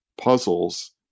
puzzles